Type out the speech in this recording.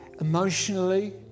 emotionally